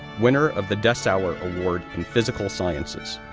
winner of the dessauer award in physical sciences,